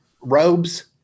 robes